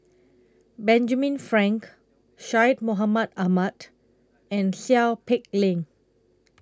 Benjamin Frank Syed Mohamed Ahmed and Seow Peck Leng